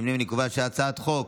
אני קובע שהצעת חוק